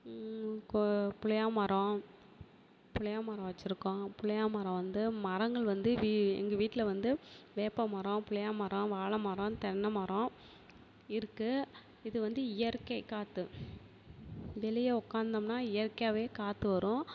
கோ புளிய மரம் புளிய மரம் வச்சுருக்கோம் புளிய மரம் வந்து மரங்கள் வந்து வீ எங்கள் வீட்டில் வந்து வேப்பம் மரம் புளிய மரம் வாழ மரம் தென்னைமரம் இருக்கு இது வந்து இயற்கை காற்று வெளியே உட்காந்தோம்னா இயற்கையாகவே காற்று வரும்